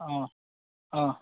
অঁ অঁ